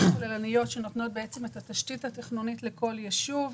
כוללניות שנותנות את התשתית התכנונית לכל יישוב.